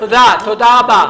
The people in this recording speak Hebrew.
תודה רבה.